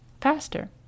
faster